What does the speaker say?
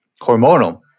hormonal